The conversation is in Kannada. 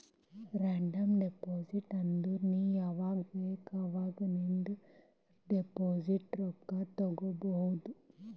ರೀಡೀಮ್ ಡೆಪೋಸಿಟ್ ಅಂದುರ್ ನೀ ಯಾವಾಗ್ ಬೇಕ್ ಅವಾಗ್ ನಿಂದ್ ಡೆಪೋಸಿಟ್ ರೊಕ್ಕಾ ತೇಕೊಬೋದು